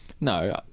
No